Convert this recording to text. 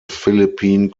philippine